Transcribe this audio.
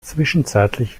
zwischenzeitlich